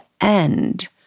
end